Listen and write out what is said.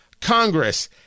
Congress